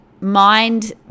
mind